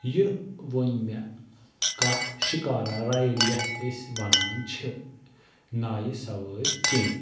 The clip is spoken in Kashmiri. یہِ ووٚن مےٚ کتھ شِکارا رایڈ یتھ أسۍ وَنان چھِ نایہِ سَوٲرۍ چیٚنۍ